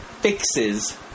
fixes